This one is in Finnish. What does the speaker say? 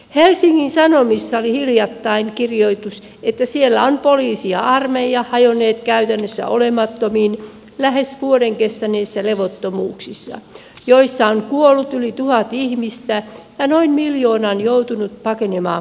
helsingin sanomissa oli hiljattain kirjoitus että siellä ovat poliisi ja armeija hajonneet käytännössä olemattomiin lähes vuoden kestäneissä levottomuuksissa joissa on kuollut yli tuhat ihmistä ja noin miljoona on joutunut pakenemaan kodeistaan